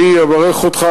אני אברך אותך,